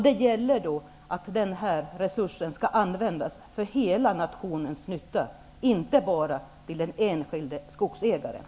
Det gäller då att använda den resursen för hela nationens nytta, inte bara för den enskilde skogsägarens.